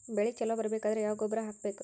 ಬೆಳಿ ಛಲೋ ಬರಬೇಕಾದರ ಯಾವ ಗೊಬ್ಬರ ಹಾಕಬೇಕು?